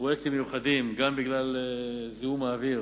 פרויקטים מיוחדים: גם בגלל זיהום האוויר